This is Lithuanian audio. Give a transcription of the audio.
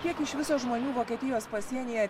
kiek iš viso žmonių vokietijos pasienyje